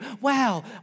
Wow